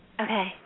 Okay